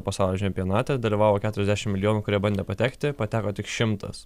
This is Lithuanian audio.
pasaulio čempionate dalyvavo keturiasdešimt milijonų kurie bandė patekti pateko tik šimtas